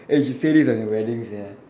and she said this on your wedding sia